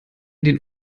den